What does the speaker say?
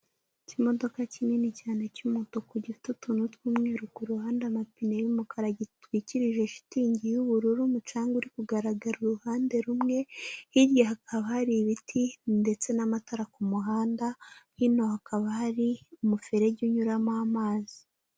Ikimodoka kinini cyane cy'umutuku, gifite utuntu tw'umweru ku ruhande, amapine y'umukara, gitwikirije shitingi y'ubururu umucanga uri kugaragara uruhande rumwe, hirya hakaba hari ibiti ndetse n'amatara ku muhanda hino hakaba hari umuferege unyuramo amazi.